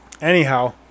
Anyhow